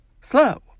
slow